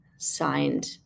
signed